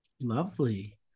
lovely